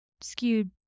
skewed